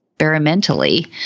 experimentally